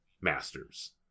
masters